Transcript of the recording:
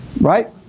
Right